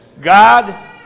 God